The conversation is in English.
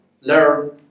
learn